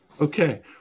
Okay